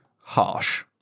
harsh